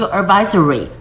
advisory